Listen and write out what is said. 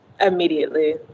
immediately